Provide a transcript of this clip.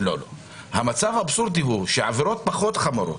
המצב האבסורדי הוא שעבירות פחות חמורות,